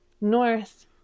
north